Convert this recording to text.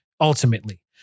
ultimately